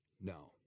No